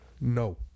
No